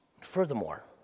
Furthermore